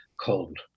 cold